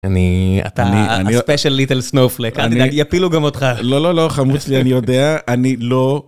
אני... אתה ה- Special Little Snowflake. אל תדאג, יפילו גם אותך. לא, לא, לא, חמוץ לי, אני יודע, אני לא...